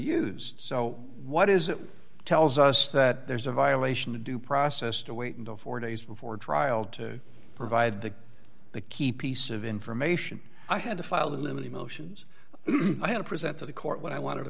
used so what is it tells us that there's a violation of due process to wait until four days before trial to provide the the key piece of information i had to file the limit emotions i had to present to the court what i want